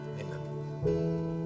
Amen